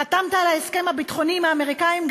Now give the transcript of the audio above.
חתמת על ההסכם הביטחוני עם האמריקנים,